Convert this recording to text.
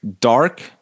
Dark